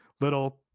little